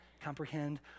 comprehend